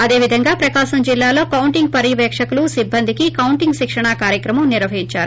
అదే విధంగా ప్రకాశం జిల్లాలో కొంటింగ్ పర్యవేక్షకులు సిబ్బందికి కౌంటింగ్ శిక్షణా కార్యక్రమం నిర్వహించారు